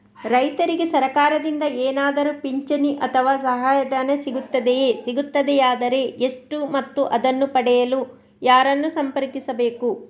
ರೈತರಿಗೆ ಸರಕಾರದಿಂದ ಏನಾದರೂ ಪಿಂಚಣಿ ಅಥವಾ ಸಹಾಯಧನ ಸಿಗುತ್ತದೆಯೇ, ಸಿಗುತ್ತದೆಯಾದರೆ ಎಷ್ಟು ಮತ್ತು ಅದನ್ನು ಪಡೆಯಲು ಯಾರನ್ನು ಸಂಪರ್ಕಿಸಬೇಕು?